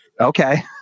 Okay